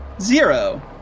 zero